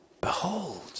behold